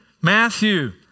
Matthew